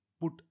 put